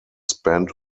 spent